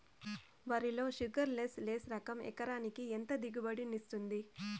వరి లో sugarless less రకం ఎకరాకి ఎంత దిగుబడినిస్తుంది